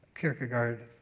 Kierkegaard